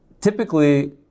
Typically